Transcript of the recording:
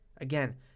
again